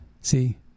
See